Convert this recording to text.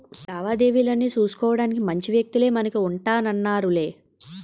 లావాదేవీలన్నీ సూసుకోడానికి మంచి వ్యక్తులే మనకు ఉంటన్నారులే